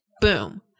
Boom